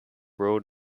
road